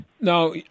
Now